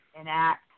enact